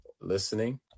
listening